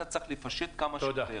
אתה צריך לפשט כמה שיותר.